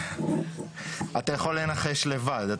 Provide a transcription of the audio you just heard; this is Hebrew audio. אתה יכול לנחש לבד.